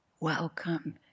Welcome